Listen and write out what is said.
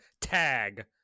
tag